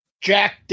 Jack